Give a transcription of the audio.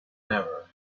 ever